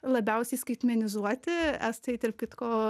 labiausiai skaitmenizuoti estai tarp kitko